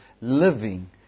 living